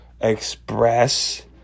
express